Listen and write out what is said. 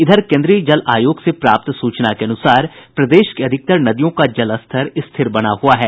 इधर केन्द्रीय जल आयोग से प्राप्त सूचना के अनुसार प्रदेश की अधिकतर नदियों का जलस्तर स्थिर बना हुआ है